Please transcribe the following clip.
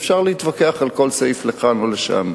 ואפשר להתווכח על כל סעיף לכאן או לשם.